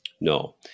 no